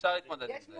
אפשר להתמודד עם זה.